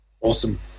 Awesome